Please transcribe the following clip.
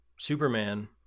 Superman